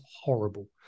horrible